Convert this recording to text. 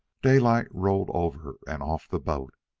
daylight rolled over and off the boat,